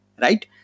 right